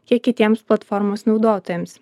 kiek kitiems platformos naudotojams